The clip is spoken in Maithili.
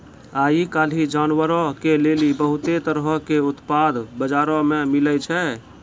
आइ काल्हि जानवरो के लेली बहुते तरहो के उत्पाद बजारो मे मिलै छै